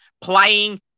playing